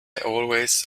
always